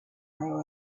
crow